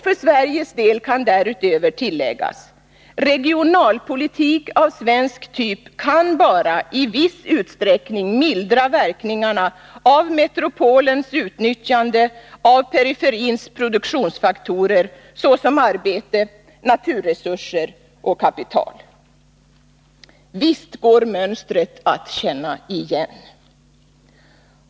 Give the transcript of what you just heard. För Sveriges del kan därutöver tilläggas: Regionalpolitik av svensk typ kan bara i viss utsträckning mildra verkningarna av metropolens utnyttjande av den perifera regionens produktionsfaktorer såsom arbete, naturresurser och kapital. Visst går mönstret att känna igen!